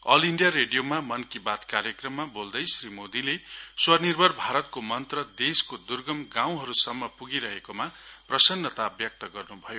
all India रेडियोमा मन की बात कार्यक्रममा बोल्दै श्री मोदीले स्व निर्भर भारतको मन्त्र देशको दुर्गम गाउँहरुसम्म पुगिरहेकोमा प्रसन्नतर व्यक्त गर्नुभयो